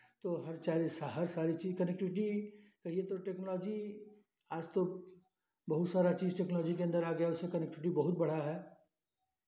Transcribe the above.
तो हर चैनल का हर सारे चीज़ कनेक्टिविटी कहिये तो टेक्नोलाॅजी आज तो बहुत सारा चीज़ टेक्नोलाॅजी के अन्दर आ गया उससे कनेक्टीविटी बहुत बढ़ा है